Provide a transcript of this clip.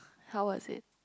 how was it